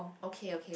okay okay